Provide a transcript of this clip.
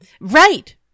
Right